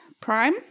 Prime